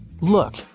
Look